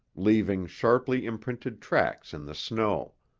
leaving sharply imprinted tracks in the snow.